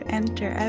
enter